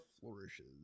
flourishes